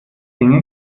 dinge